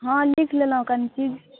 हँ लिखि लेलहुँ कनी चीज